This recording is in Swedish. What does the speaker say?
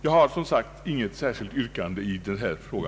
Jag har inget särskilt yrkande i denna fråga.